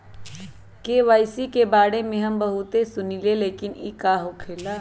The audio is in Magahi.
के.वाई.सी के बारे में हम बहुत सुनीले लेकिन इ का होखेला?